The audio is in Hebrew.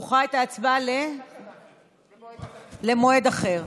את דוחה את ההצבעה למועד אחר.